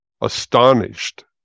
astonished